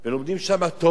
ולומדים שם תורה,